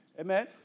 Amen